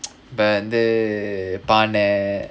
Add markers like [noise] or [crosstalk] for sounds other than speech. [noise] இப்ப வந்து:ippa vanthu